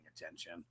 attention